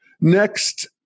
Next